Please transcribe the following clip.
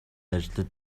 ажиллаж